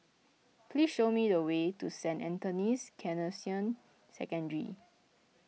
please show me the way to Saint Anthony's Canossian Secondary